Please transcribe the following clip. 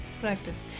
Practice